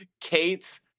Kate